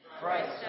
Christ